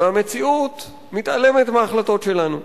והמציאות מתעלמת מההחלטות שלנו,